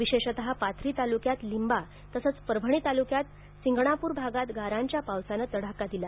विशेषतः पाथरी तालुक्यात लिंबा तसेच परभणी तालुक्यात सिंगणापूर भागात गारांच्या पावसाने तडाखा दिला